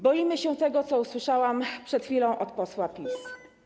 Boimy się tego, co usłyszałam przed chwilą od posła PiS.